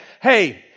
Hey